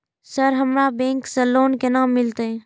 Sir हमरा bank से loan केना मिलते?